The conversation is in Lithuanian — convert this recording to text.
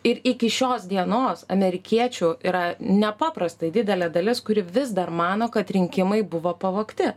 ir iki šios dienos amerikiečių yra nepaprastai didelė dalis kuri vis dar mano kad rinkimai buvo pavogti